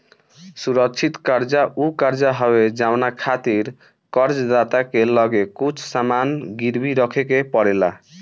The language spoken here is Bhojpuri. सुरक्षित कर्जा उ कर्जा हवे जवना खातिर कर्ज दाता के लगे कुछ सामान गिरवी रखे के पड़ेला